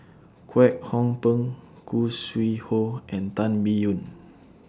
Kwek Hong Png Khoo Sui Hoe and Tan Biyun